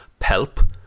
PELP